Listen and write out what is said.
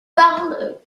parle